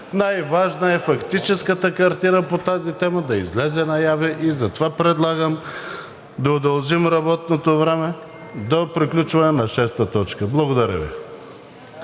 най-важна е фактическата картина по тази тема да излезе наяве и затова предлагам да удължим работното време до приключване на т. 6. Благодаря Ви.